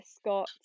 Scott